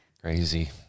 Crazy